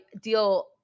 deal